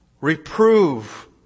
Reprove